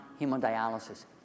hemodialysis